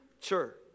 church